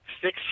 six